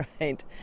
right